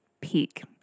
Peak